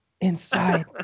inside